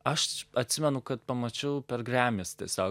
aš atsimenu kad pamačiau per grammies tiesiog